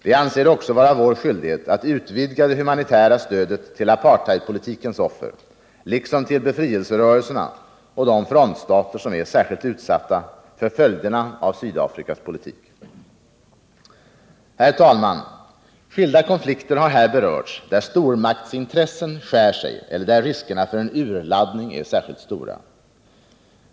Vi anser det också vara vår skyldighet att utvidga det humanitära stödet till apartheidpolitikens offer, liksom till befrielserörelserna och de frontstater som är särskilt utsatta för följderna av Sydafrikas politik. Herr talman! Skilda konflikter har här berörts, där stormaktsintressen skär sig eller där riskerna för en urladdning är särskilt stora.